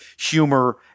humor